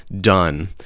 done